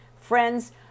Friends